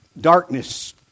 darkness